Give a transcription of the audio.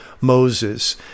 Moses